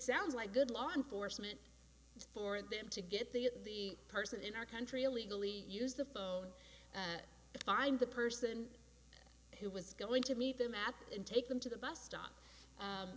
sounds like good law enforcement for them to get the person in our country illegally use the phone to find the person who was going to meet them at and take them to the bus stop